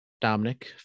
Dominic